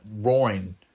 roaring